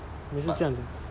我也是这样讲